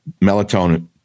melatonin